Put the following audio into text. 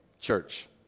church